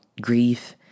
grief